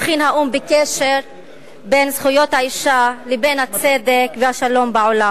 הבחין האו"ם בקשר בין זכויות האשה לבין הצדק והשלום בעולם.